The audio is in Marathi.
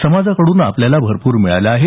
समाजाकडून आपल्याला भरपूर मिळालं आहे